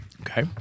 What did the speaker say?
Okay